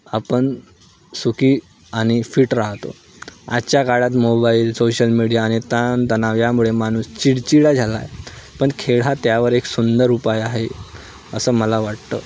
आपण सुखी आणि फिट राहतो आजच्या काळात मोबाईल सोशल मीडिया आणि ताणतणाव यामुळे माणूस चिडचिडा झाला आहे पण खेळ हा त्यावर एक सुंदर उपाय आहे असं मला वाटतं